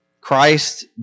Christ